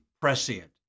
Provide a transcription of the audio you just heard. prescient